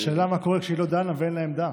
השאלה היא מה קורה כשהיא לא דנה ואין לה עמדה.